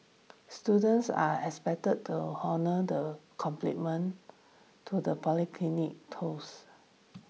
students are expected to honour the complement to the polytechnic tolls